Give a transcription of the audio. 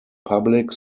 public